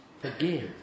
forgive